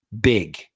Big